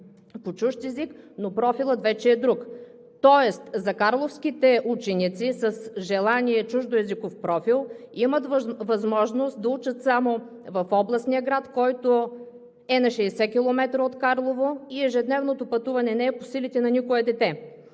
по чужд език, но профилът вече е друг. Тоест карловските ученици с желание чуждоезиков профил имат възможност да учат само в областния град, който е на 60 км от Карлово, а ежедневното пътуване не е по силите на никое дете.